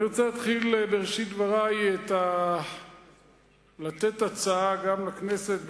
אני רוצה בראשית דברי לתת הצעה גם לכנסת,